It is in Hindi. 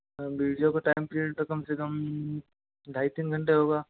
हाँ वीडियो का टाइम पीरियड तो कम से कम ढ़ाई तीन घंटे होगा